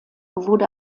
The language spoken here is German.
wurde